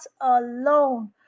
alone